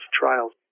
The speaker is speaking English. trials